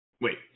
Wait